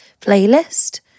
playlist